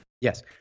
yes